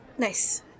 Nice